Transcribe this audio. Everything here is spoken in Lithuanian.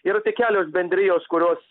yra tik kelios bendrijos kurios